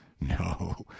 No